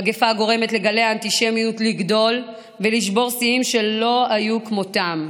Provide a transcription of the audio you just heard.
מגפה הגורמת לגלי האנטישמיות לגדול ולשבור שיאים שלא היו כמותם.